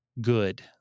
good